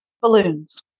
balloons